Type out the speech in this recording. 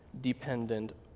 dependent